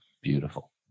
beautiful